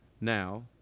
Now